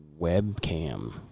webcam